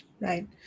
Right